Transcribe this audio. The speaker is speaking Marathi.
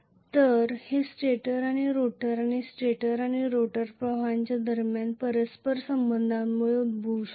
तर हे स्टेटर आणि रोटर आणि स्टेटर आणि रोटर प्रवाह यांच्या दरम्यानच्या परस्पर संबंधामुळे उद्भवत आहे